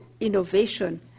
innovation